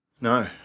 No